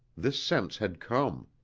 this sense had come.